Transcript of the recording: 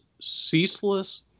ceaseless